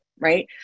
right